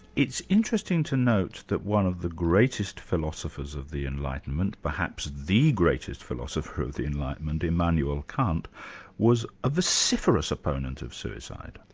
it's interesting to note that one of the greatest philosophers of the enlightenment, perhaps the greatest philosopher of the enlightenment, immanuel kant was a vociferous opponent of suicide.